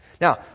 Now